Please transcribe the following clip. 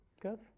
Good